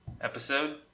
episode